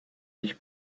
sich